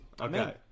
Okay